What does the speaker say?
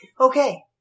Okay